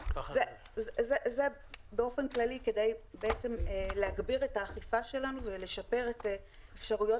זה באופן כללי כדי להגביר את האכיפה שלנו ולשפר את אפשרויות